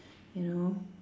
you know